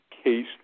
case